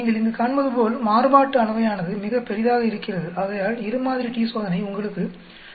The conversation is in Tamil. நீங்கள் இங்கு காண்பதுபோல் மாறுபாட்டு அளவையானது மிக பெரிதாக இருக்கிறது ஆகையால் இரு மாதிரி t சோதனை உங்களுக்கு 0